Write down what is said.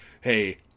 hey